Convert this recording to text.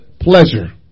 pleasure